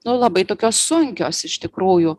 nu labai tokios sunkios iš tikrųjų